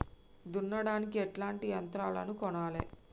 దున్నడానికి ఎట్లాంటి యంత్రాలను కొనాలే?